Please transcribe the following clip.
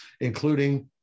including